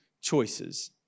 choices